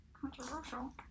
Controversial